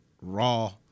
raw